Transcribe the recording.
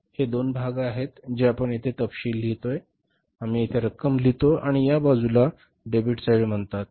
हे दोन भाग आहेत जे आपण येथे तपशील लिहितो आम्ही येथे रक्कम लिहितो आणि या बाजूला डेबिट साइड म्हणतात